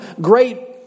great